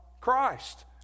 Christ